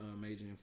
major